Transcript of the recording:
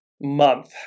month